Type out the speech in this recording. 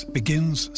begins